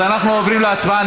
אז אנחנו עוברים להצבעה.